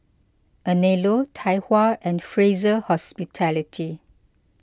Anello Tai Hua and Fraser Hospitality